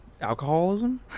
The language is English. Alcoholism